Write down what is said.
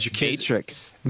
Matrix